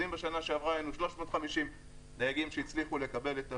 אז אם בשנה שעברה היינו 350 דייגים שהצליחו לקבל את הפיצויים,